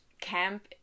camp